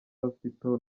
hospital